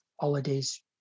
holidays